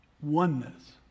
Oneness